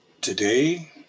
today